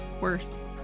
worse